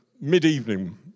mid-evening